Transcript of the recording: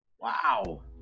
Wow